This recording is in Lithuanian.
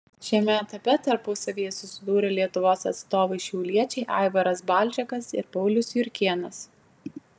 šiame etape tarpusavyje susidūrė lietuvos atstovai šiauliečiai aivaras balžekas ir paulius jurkėnas